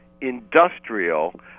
industrial